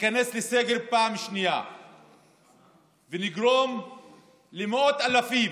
שתיכנס לסגר פעם שנייה ותגרום למאות אלפים